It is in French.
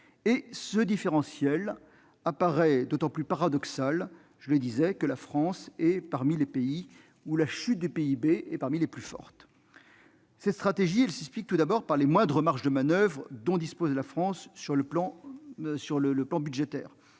Ce différentiel paraît d'autant plus paradoxal que la France est l'un des pays où la chute du PIB est parmi les plus fortes. Cette stratégie s'explique tout d'abord par les moindres marges de manoeuvre dont dispose la France sur le plan budgétaire.